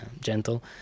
gentle